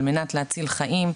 על מנת להציל חיים.